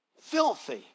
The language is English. Filthy